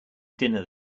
dinner